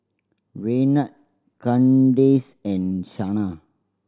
Raynard Kandace and Shana